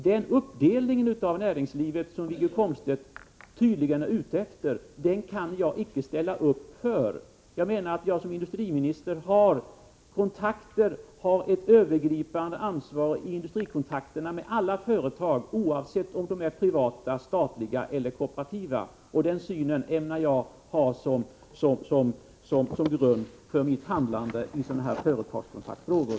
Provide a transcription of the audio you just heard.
Den uppdelning av näringslivet som Wiggo Komstedt tydligen tänker sig kan jag inte ställa upp för. Som industriminister har jag ett övergripande ansvar, och jag har kontakter med alla industriföretag, oavsett om de är privata, statliga eller kooperativa. Den synen ämnar jag även fortsättningsvis ha som grund för mitt handlande i företagskontaktsfrågor.